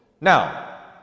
Now